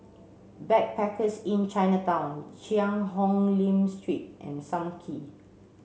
Backpackers Inn Chinatown Cheang Hong Lim Street and Sam Kee